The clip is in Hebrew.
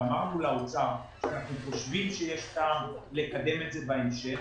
ואמרנו לאוצר שאנחנו חושבים שיש טעם לקדם את זה בהמשך.